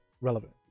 relevant